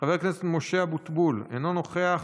חבר הכנסת משה אבוטבול, אינו נוכח,